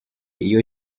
iyo